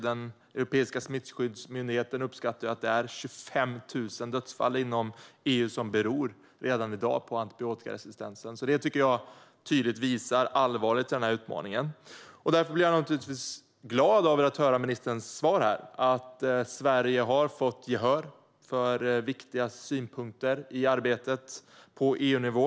Den europeiska smittskyddsmyndigheten uppskattar att det redan i dag är 25 000 dödsfall inom EU som beror på antibiotikaresistensen. Det tycker jag tydligt visar allvaret i den här utmaningen, och därför blir jag naturligtvis glad över att höra ministerns svar här om att Sverige har fått gehör för viktiga synpunkter i arbetet på EU-nivå.